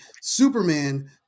Superman